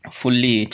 fully